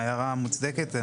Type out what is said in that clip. ההערה מוצדקת,